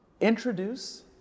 introduce